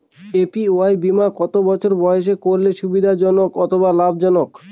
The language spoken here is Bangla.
এ.পি.ওয়াই বীমা কত বছর বয়সে করলে সুবিধা জনক অথবা লাভজনক?